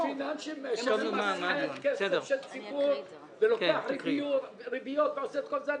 בגוף פיננסי שמחזיק כסף של ציבור ולוקח ריביות ועושה את כל זה,